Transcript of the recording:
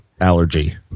allergy